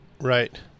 Right